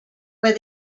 where